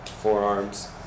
Forearms